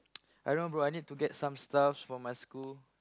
I don't know bro I need to get some stuffs for my school